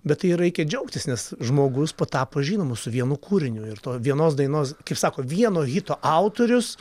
bet tai reikia džiaugtis nes žmogus patapo žinomu su vienu kūriniu ir to vienos dainos kaip sako vieno hito autorius